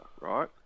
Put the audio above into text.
right